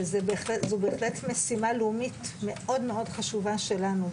וזו בהחלט משימה לאומית מאוד מאוד חשובה שלנו.